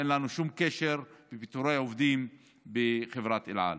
אין לנו שום קשר לפיטורי עובדים בחברת אל על.